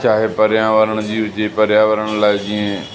चाहे पर्यावारण जी हुजे पर्यावरण लाइ जीअं